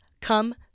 Come